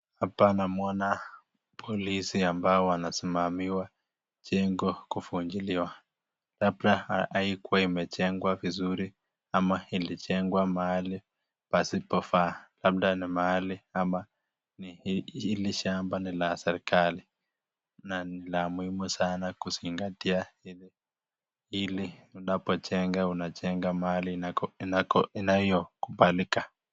Hapa namwona polisi ambao wanasimamiwa jengo kuvunjiliwa labda haikuwa imejengwa vizuri ama ilijengwa mahali pasipofaa labda ni mahali ama hili shamba ni la serikali na ni la muhimu sana kuzingatia ili unapojenga unajenga mahali inayokubalika.